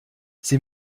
sie